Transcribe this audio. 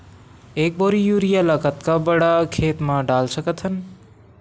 एक बोरी यूरिया ल कतका बड़ा खेत म डाल सकत हन?